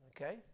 Okay